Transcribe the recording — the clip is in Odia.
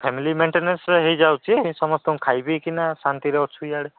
ଫ୍ୟାମିଲି ମେଣ୍ଟେନାନ୍ସରେ ହେଇଯାଉଛି ସମସ୍ତଙ୍କୁ ଖାଇ ପିଇ କିନା ଶାନ୍ତିରେ ଅଛୁ ଇଆଡ଼େ